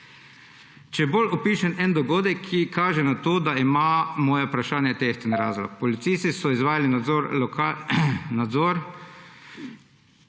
Če bolj opišem en dogodek, ki kaže na to, da ima moje vprašanje tehten razlog. Policisti so izvajali nadzor